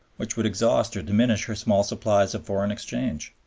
which would exhaust or diminish her small supplies of foreign exchange.